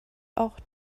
auch